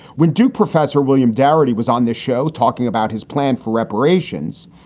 when do professor william darity was on this show talking about his plan for reparations?